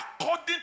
according